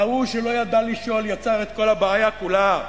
ההוא שלא ידע לשאול יצר את כל הבעיה כולה.